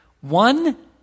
One